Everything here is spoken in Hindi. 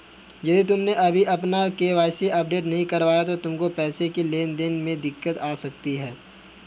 यदि तुमने अभी अपना के.वाई.सी अपडेट नहीं करवाया तो तुमको पैसों की लेन देन करने में दिक्कत आ सकती है